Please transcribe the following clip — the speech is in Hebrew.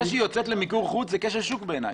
זה שהיא יוצאת למיקור חוץ זה כשל שוק בעיניי.